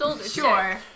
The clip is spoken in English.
Sure